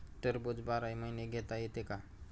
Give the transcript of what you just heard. टरबूज बाराही महिने घेता येते का?